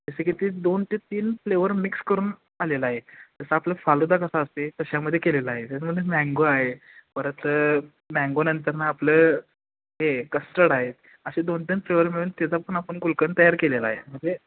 जसे की ते दोन ते तीन फ्लेवर मिक्स करून आलेला आहे जसं आपलं फालुदा कसा असते तशामध्ये केलेलं आहे मँगो आहे परत मॅंगोनंतरनं आपलं हे कस्टर्ड आहेत असे दोन तीन फ्लेवर मिळून त्याचा पण आपण गुलकंद तयार केलेला आहे म्हणजे